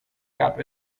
gab